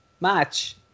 match